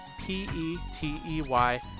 p-e-t-e-y